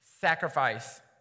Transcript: sacrifice